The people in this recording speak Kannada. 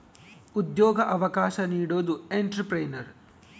ಉದ್ಯೋಗ ಅವಕಾಶ ನೀಡೋದು ಎಂಟ್ರೆಪ್ರನರ್